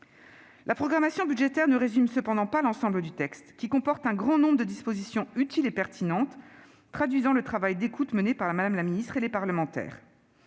La programmation budgétaire ne résume cependant pas l'ensemble du texte, qui comporte un grand nombre de dispositions utiles et pertinentes traduisant le travail d'écoute mené par Mme la ministre et les parlementaires.